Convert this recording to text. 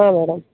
ಹಾಂ ಮೇಡಮ್